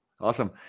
Awesome